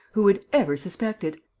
who would ever suspect it.